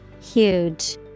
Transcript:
Huge